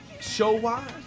show-wise